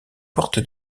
porte